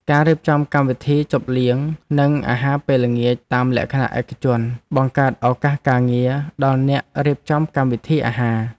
ការរៀបចំកម្មវិធីជប់លៀងនិងអាហារពេលល្ងាចតាមលក្ខណៈឯកជនបង្កើតឱកាសការងារដល់អ្នករៀបចំកម្មវិធីអាហារ។